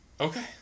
Okay